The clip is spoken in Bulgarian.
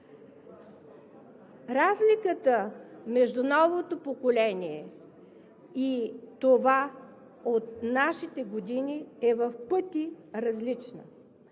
Разликата между новото поколение и това от нашите години е в пъти различна.